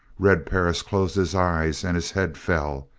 red perris closed his eyes and his head fell,